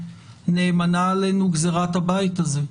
שנאמנה עלינו גזירת הבית הזה,